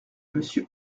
monsieur